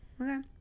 Okay